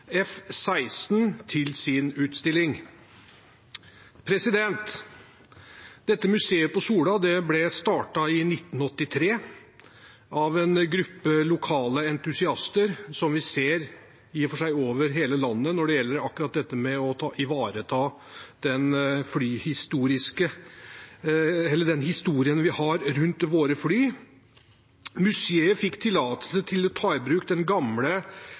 til sin utstilling.» Museet på Sola ble startet i 1983 av en gruppe lokale entusiaster som vi i og for seg ser over hele landet når det gjelder akkurat det å ivareta historien vi har rundt våre fly. Museet fikk tillatelse til å ta i bruk den gamle